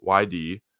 YD